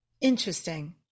Interesting